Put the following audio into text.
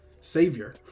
savior